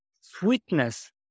sweetness